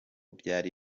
byari